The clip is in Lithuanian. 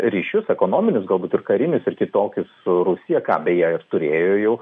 ryšius ekonominius galbūt ir karinius ir kitokius su rusija ką beje ir turėjo jau